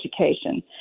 education